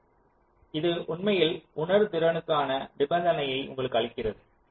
எனவே இது உண்மையில் உணர்திறனுக்கான நிபந்தனையை உங்களுக்கு அளிக்கிறது